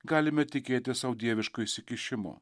galime tikėti sau dieviško įsikišimo